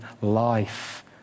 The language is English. life